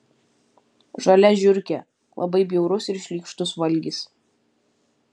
žalia žiurkė labai bjaurus ir šlykštus valgis